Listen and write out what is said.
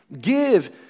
Give